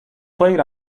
played